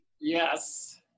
Yes